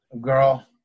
girl